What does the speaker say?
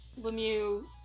Lemieux